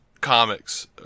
comics